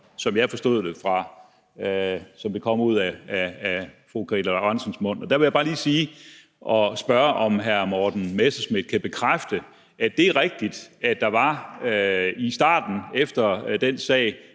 som jeg forstod det, der kom ud af fru Karina Lorentzen Dehnhardts mund. Der vil jeg bare lige spørge, om hr. Morten Messerschmidt kan bekræfte, at det er rigtigt, at der i starten efter den sag